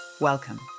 Welcome